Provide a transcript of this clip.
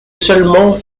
seulement